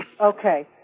Okay